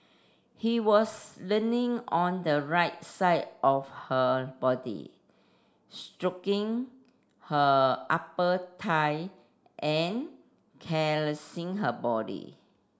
he was leaning on the right side of her body stroking her upper thigh and caressing her body